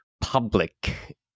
public